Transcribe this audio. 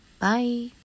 Bye